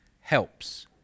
helps